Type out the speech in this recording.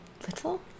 Little